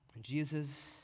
Jesus